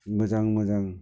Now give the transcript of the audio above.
मोजां मोजां